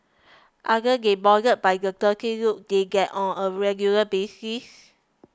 aren't they bothered by the dirty looks they get on a regular basis